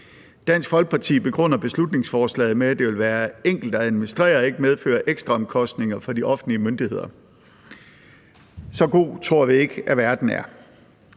Dansk Folkeparti begrunder beslutningsforslaget med, at det vil være enkelt at administrere og ikke vil medføre ekstraomkostninger for de offentlige myndigheder – så god tror vi ikke at verden er.